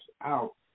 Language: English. out